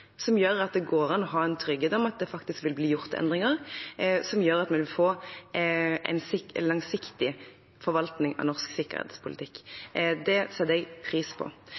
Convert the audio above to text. som gjør at det går an å ha en trygghet om at det faktisk vil bli gjort endringer som gjør at vi vil få en langsiktig forvaltning av norsk sikkerhetspolitikk. Det setter jeg pris på.